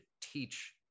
teach